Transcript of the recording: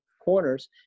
corners